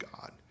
God